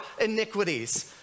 iniquities